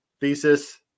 thesis